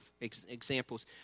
examples